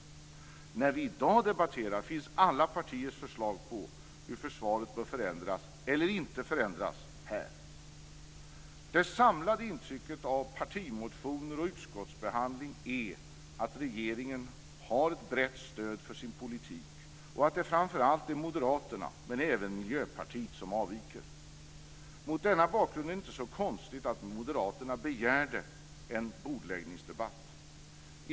När vi i dag debatterar finns alla partiers förslag på hur försvaret bör förändras eller inte förändras här. Det samlade intrycket av partimotioner och utskottsbehandling är att regeringen har ett brett stöd för sin politik och att det framför allt är Moderaterna men även Miljöpartiet som avviker. Mot denna bakgrund är det inte så konstigt att Moderaterna begärde en bordläggningsdebatt.